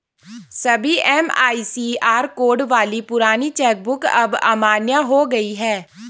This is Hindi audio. सभी एम.आई.सी.आर कोड वाली पुरानी चेक बुक अब अमान्य हो गयी है